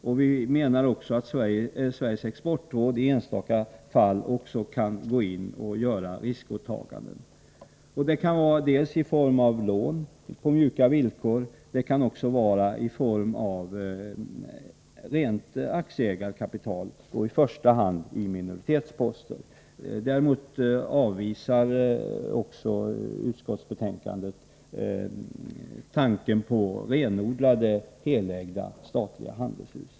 I enstaka fall kan också Sveriges exportråd gå in och göra riskåtaganden, dels i form av lån på mjuka villkor, dels i form av rent aktieägarkapital, i första hand i minoritetsposter. Däremot avvisar utskottet tanken på renodlade, statligt helägda handelshus.